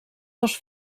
dos